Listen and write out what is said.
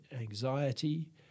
anxiety